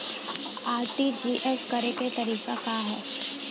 RTGS करे के तरीका का हैं?